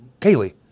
Kaylee